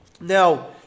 Now